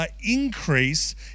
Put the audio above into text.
increase